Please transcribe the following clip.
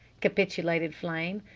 capitulated flame.